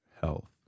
health